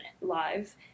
live